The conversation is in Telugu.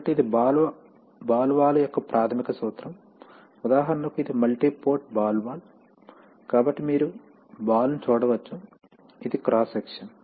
కాబట్టి ఇది బాల్ వాల్వ్ యొక్క ప్రాథమిక సూత్రం ఉదాహరణకు ఇది మల్టీ పోర్ట్ బాల్ వాల్వ్ కాబట్టి మీరు బాల్ ని చూడవచ్చు ఇది క్రాస్ సెక్షన్